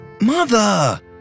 Mother